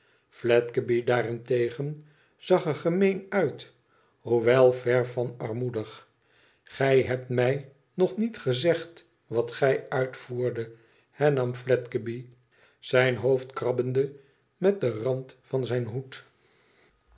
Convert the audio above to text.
daarentegen zag er gemeen uit hoewel ver van armoedig gij hebt mij nog met gezegd wat gij uitvoerdet hernam fledgeby ijn hoofd krabbende met den rand van zijn hoed